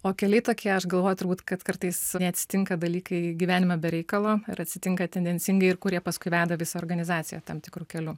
o keliai tokie aš galvoju turbūt kad kartais atsitinka dalykai gyvenime be reikalo ir atsitinka tendencingai ir kurie paskui veda visą organizaciją tam tikru keliu